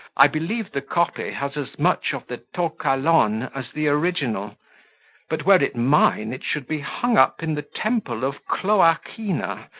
i believe the copy has as much of the to kalon as the original but, were it mine, it should be hung up in the temple of cloacina,